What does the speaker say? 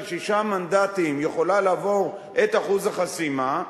שישה מנדטים יכולה לעבור את אחוז החסימה,